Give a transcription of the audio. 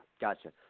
gotcha